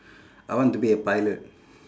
I want to be a pilot